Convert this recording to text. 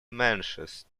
mentions